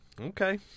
Okay